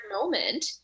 moment